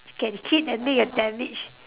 can keep and make a damage